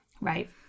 Right